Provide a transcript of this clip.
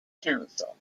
council